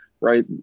right